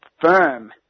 firm